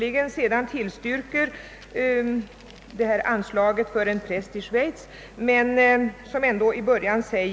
Domkapitlet i Uppsala tillstyrker visserligen att ett anslag utgår för en svensk präst i Schweiz, men jag skulle vilja återge en mening i domkapitlets yttrande, som jag tar som stöd för min uppfattning.